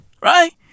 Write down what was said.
Right